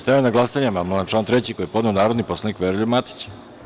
Stavljam na glasanje amandman na član 3. koji je podneo narodni poslanik Veroljub Matić.